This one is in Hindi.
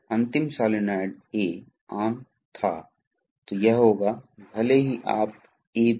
तो इन वाल्वों का उपयोग करने के लिए आवश्यक हैं